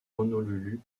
honolulu